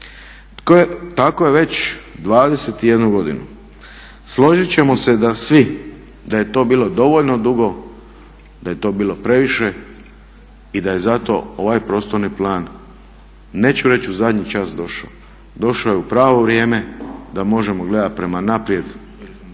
Tako je već 21 godinu. Složiti ćemo se da svi, da je to bilo dovoljno dugo, da je to bilo previše i da je zato ovaj prostorni plan, neću reći u zadnji čas došao, došao je u pravo vrijeme da možemo gledati prema naprijed.